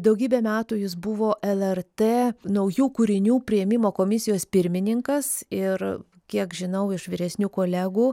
daugybę metų jis buvo lrt naujų kūrinių priėmimo komisijos pirmininkas ir kiek žinau iš vyresnių kolegų